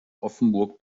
offenburg